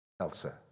Elsa